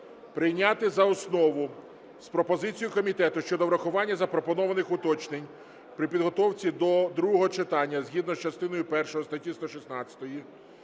прийняти за основу з пропозицією комітету щодо врахування запропонованих уточнень при підготовці до другого читання згідно з частиною першою статті 116